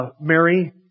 Mary